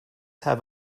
have